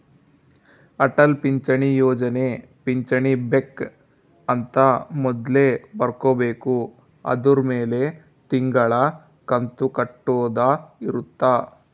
ಅಟಲ್ ಪಿಂಚಣಿ ಯೋಜನೆ ಪಿಂಚಣಿ ಬೆಕ್ ಅಂತ ಮೊದ್ಲೇ ಬರ್ಕೊಬೇಕು ಅದುರ್ ಮೆಲೆ ತಿಂಗಳ ಕಂತು ಕಟ್ಟೊದ ಇರುತ್ತ